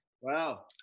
Wow